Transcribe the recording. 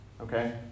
okay